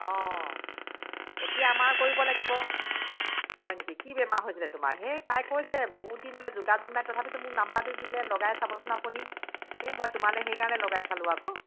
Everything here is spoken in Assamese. অঁ এতিয়া আমাৰ কৰিব লাগিব হয় নেকি কি বেমাৰ হৈছিলে তোমাৰ সেই তাই কৈছে বহুত দিন বোলে যোগাযোগ নাই তথাপিতো মোক নাম্বাৰটো দিলে লগাই চাবচোন আপুনি সেই মই তোমালৈ সেইকাৰণে লগাই চালোঁ আকৌ